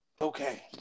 okay